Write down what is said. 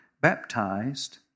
baptized